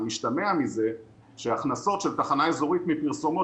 המשתמע מזה זה שהכנסות של תחנה אזורית מפרסומות